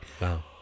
Wow